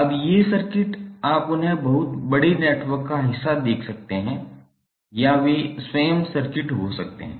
अब ये सर्किट हैं आप उन्हें बहुत बड़े नेटवर्क का हिस्सा देख सकते हैं या वे स्वयं सर्किट हो सकते हैं